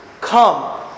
Come